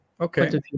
Okay